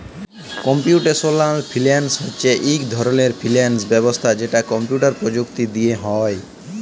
computational finance হছে ইক ধরলের ফিল্যাল্স ব্যবস্থা যেট কম্পিউটার পরযুক্তি দিঁয়ে হ্যয়